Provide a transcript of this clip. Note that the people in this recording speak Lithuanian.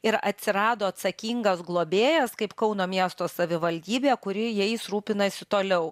ir atsirado atsakingas globėjas kaip kauno miesto savivaldybė kuri jais rūpinasi toliau